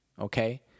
okay